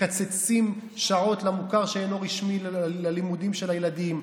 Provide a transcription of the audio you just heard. מקצצים שעות למוכר שאינו רשמי ללימודים של הילדים,